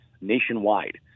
nationwide